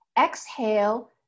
Exhale